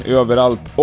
överallt